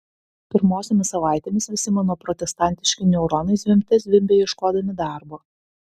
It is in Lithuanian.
pirmosiomis savaitėmis visi mano protestantiški neuronai zvimbte zvimbė ieškodami darbo